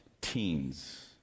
teens